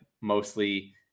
mostly